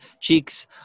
cheeks